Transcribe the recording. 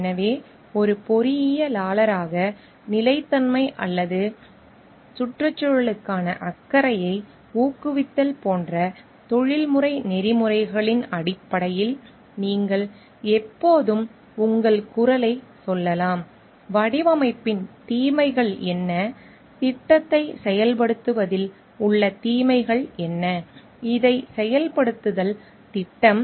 எனவே ஒரு பொறியியலாளராக நிலைத்தன்மை அல்லது சுற்றுச்சூழலுக்கான அக்கறையை ஊக்குவித்தல் போன்ற தொழில்முறை நெறிமுறைகளின் அடிப்படையில் நீங்கள் எப்போதும் உங்கள் குரலைச் சொல்லலாம் வடிவமைப்பின் தீமைகள் என்ன திட்டத்தை செயல்படுத்துவதில் உள்ள தீமைகள் என்ன இதைச் செயல்படுத்துதல் திட்டம்